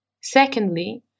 Secondly